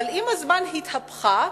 אבל עם הזמן התהפכה,